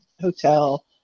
Hotel